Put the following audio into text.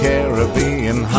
Caribbean